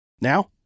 Now